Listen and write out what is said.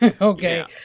okay